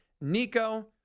Nico